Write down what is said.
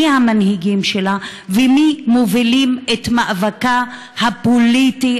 מי המנהיגים שלה ומי מובילים את מאבקה הפוליטי,